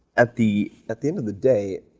at the at the end of the day,